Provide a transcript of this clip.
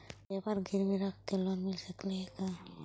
जेबर गिरबी रख के लोन मिल सकले हे का?